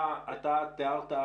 אתה תיארת,